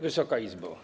Wysoka Izbo!